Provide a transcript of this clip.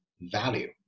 value